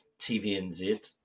tvnz